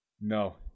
No